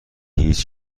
هیچ